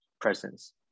presence